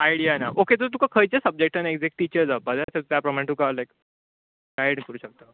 idea ना okay so तुका खंयचे सब्जक्टान एकझेकट टिचर जावपाक जाय त्या प्रमाणें तुका हांव लायक गायड करूंक शकता